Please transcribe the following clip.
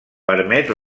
permet